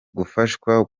gufashwa